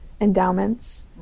endowments